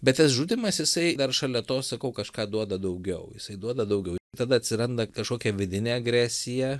bet tas žudymas jisai dar šalia to sakau kažką duoda daugiau jisai duoda daugiau tada atsiranda kažkokia vidinė agresija